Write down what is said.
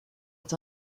est